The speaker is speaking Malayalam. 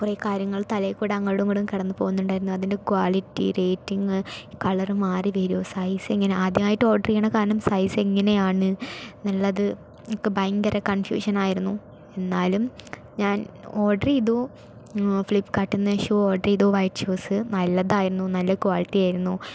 കുറെ കാര്യങ്ങൾ തലയിൽക്കൂടെ അങ്ങടും ഇങ്ങടും കടന്ന് പോവുന്നുണ്ടായിരുന്നു അതിന്റെ ക്വാളിറ്റി റേറ്റിംഗ് കളർ മാറി വരുവോ സൈസ് ഇങ്ങനെ ആദ്യമായിട്ട് ഓർഡർ ചെയ്യണ കാരണം സൈസ് എങ്ങനെയാണ് ഇള്ളത് ഒക്കെ ഭയങ്കര കൺഫ്യൂഷൻ ആയിരുന്നു എന്നാലും ഞാൻ ഓർഡെർ ചെയ്തു ഫ്ലിപ്കാർട്ടിൽ നിന്ന് ഷൂ ഓർഡർ ചെയ്തു വൈറ്റ് ഷൂസ് നല്ലതായിരുന്നു നല്ല ക്വാളിറ്റിയായിരുന്നു